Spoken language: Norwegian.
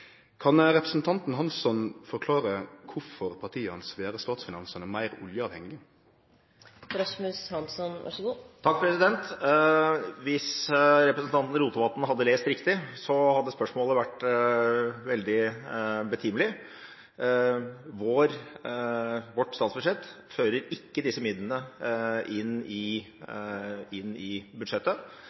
Kan representanten Hansson forklare kvifor partiet hans vil gjere statsfinansane meir oljeavhengige? Hvis representanten Rotevatn hadde lest riktig, hadde spørsmålet vært veldig betimelig. Vårt statsbudsjett fører ikke disse midlene inn i budsjettet.